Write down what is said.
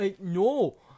no